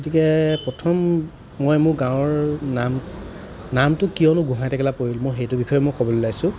গতিকে প্ৰথম মই মোৰ গাঁৱৰ নাম নামটো কিয়নো গোহাঁই টেকেলা পৰিল মই সেইটো বিষয়ে মই ক'বলৈ ওলাইছোঁ